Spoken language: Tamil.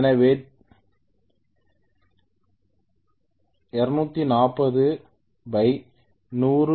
எனவே தீர்ப்பதற்கு